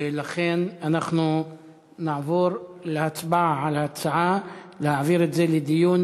ולכן אנחנו נעבור להצבעה על ההצעה להעביר את זה לדיון,